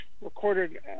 recorded